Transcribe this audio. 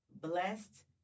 blessed